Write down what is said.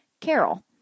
Carol